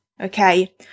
okay